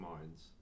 minds